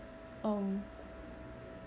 um